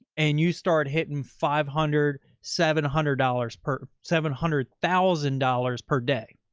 and you start hitting five hundred seven hundred dollars per seven hundred thousand dollars per day.